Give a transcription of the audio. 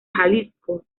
jalisco